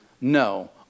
No